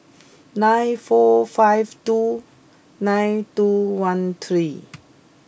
nine four five two nine two one three